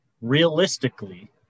Realistically